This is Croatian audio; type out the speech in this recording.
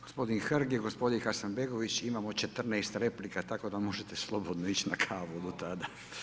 Gospodin Hrg i gospodin Hasanbegović, imamo 14 replika, tako da možete slobodno ići na kavu do tada.